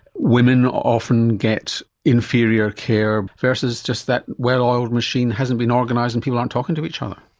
women often get inferior care, versus just that well oiled machine hasn't been organised and people aren't talking to each other?